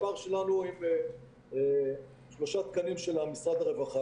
הפער שלנו עם שלושה תקנים של משרד הרווחה